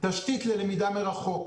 תשתית ללמידה מרחוק